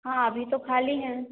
हाँ अभी तो खाली है